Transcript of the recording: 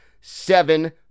seven